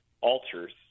altars